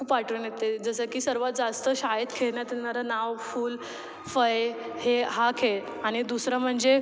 खूप आठवण येते जसं की सर्वात जास्त शाळेत खेळण्यात येणारा नाव फूल फळे हे हा खेळ आणि दुसरं म्हणजे